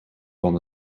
van